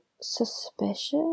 suspicious